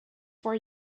for